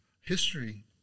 history